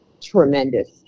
tremendous